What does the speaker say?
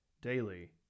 Daily